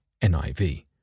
NIV